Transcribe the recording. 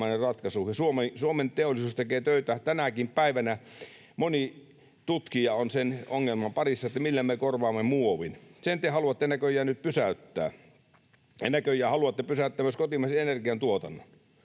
Suomen teollisuus tekee töitä tänäkin päivänä, moni tutkija on sen ongelman parissa, millä me korvaamme muovin. Sen te haluatte näköjään nyt pysäyttää. Ja näköjään haluatte pysäyttää myös kotimaisen energiantuotannon.